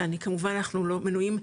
שכמובן אנחנו לא מנויים,